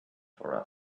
for